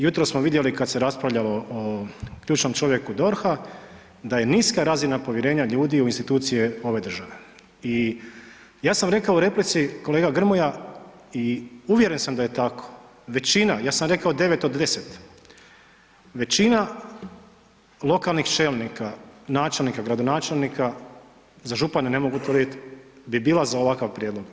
Jutros smo vidjeli kad se raspravljalo o ključnom čovjeku DORH-a, da je niska razina povjerenja ljudi u institucije ove države i ja sam rekao u replici, kolega Grmoja i uvjeren sam da je tako, većina, ja sam rekao 9 od 10, većina lokalnih čelnika, načelnika i gradonačelnika, za župane ne mogu tvrdit bi bila za ovakav prijedlog.